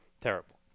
terrible